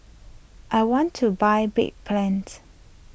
I want to buy Bedpans